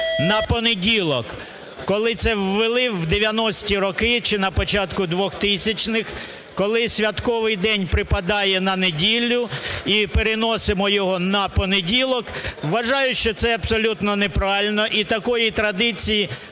на понеділок, коли це ввели в 1990 роки чи на початку 2000-х, коли святковий день припадає на неділю і переносимо його на понеділок. Вважаю, що це абсолютно неправильно, і такої традиції немає